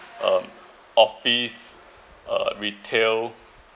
um office uh retail